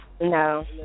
no